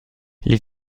les